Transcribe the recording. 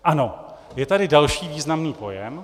Ano, je tady další významný pojem.